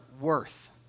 worth